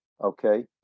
Okay